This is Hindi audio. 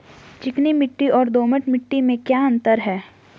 चिकनी मिट्टी और दोमट मिट्टी में क्या अंतर है?